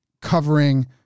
covering